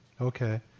Okay